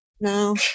No